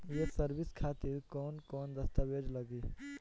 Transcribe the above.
ये सर्विस खातिर कौन कौन दस्तावेज लगी?